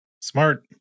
Smart